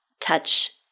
touch